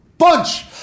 bunch